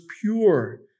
pure